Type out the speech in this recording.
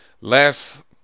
last